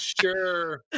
sure